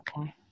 Okay